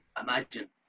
imagine